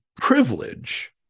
privilege